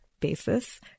basis